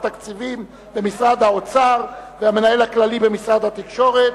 תקציבים במשרד האוצר והמנהל הכללי במשרד התקשורת,